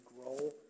grow